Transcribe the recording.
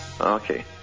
Okay